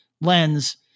lens